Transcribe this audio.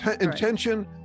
Intention